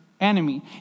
enemy